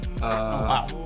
Wow